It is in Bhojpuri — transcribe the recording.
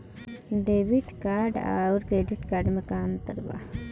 डेबिट कार्ड आउर क्रेडिट कार्ड मे का अंतर बा?